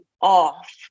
off